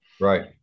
Right